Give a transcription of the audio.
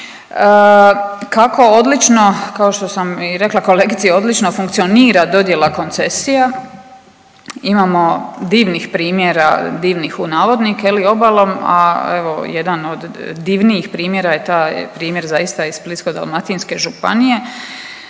Kako odlično kao što sam i rekla kolegici, odlično funkcionira dodjela koncesija, imamo divnih primjera, divnih u navodnike obalom, a evo jedan od divnijih primjera je taj primjer zaista iz Splitsko-dalmatinske županije,